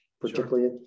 particularly